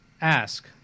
Ask